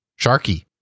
Sharky